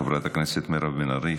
חברת הכנסת מירב בן ארי,